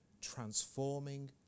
transforming